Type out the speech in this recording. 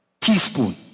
Teaspoon